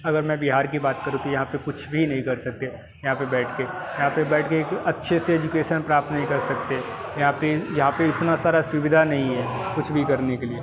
अगर मैं बिहार की बात करूं तो यहाँ पे कुछ भी नहीं कर सकते यहाँ पे बैठके यहाँ पे बैठके अच्छे से एजुकेसन प्राप्त नहीं कर सकते यहाँ पे यहाँ पे इतना सारा सुविधा नहीं है कुछ भी करने के लिए